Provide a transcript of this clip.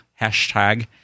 hashtag